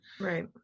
right